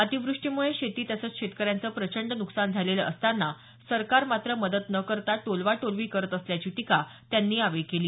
अतिवृष्टीमुळे शेती तसंच शेतकऱ्यांचं प्रचंड नुकसान झालेलं असताना सरकार मात्र मदत न करता टोलवा टोलवी करत असल्याची टीका त्यांनी यावेळी केली